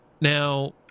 Now